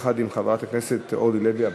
ביחד עם חברת הכנסת אורלי לוי אבקסיס.